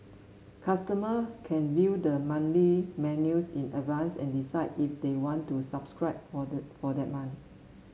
customer can view the monthly menus in advance and decide if they want to subscribe for the for that month